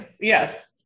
Yes